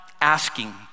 asking